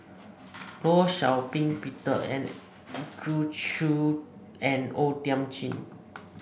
Law Shau Ping Peter Andrew Chew and O Thiam Chin